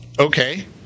Okay